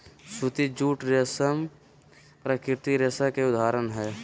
सूती, जूट, रेशम प्राकृतिक रेशा के उदाहरण हय